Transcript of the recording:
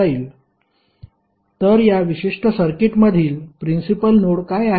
तर या विशिष्ट सर्किटमधील प्रिन्सिपल नोड काय आहेत